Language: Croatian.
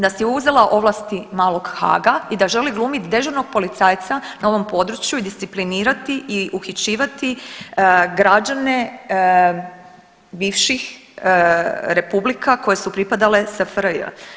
Da si je uzela ovlasti malog Haaga i da želi glumiti dežurnog policajca na ovom području i disciplinirati i uhićivati građane bivših republika koje su pripade SFRJ.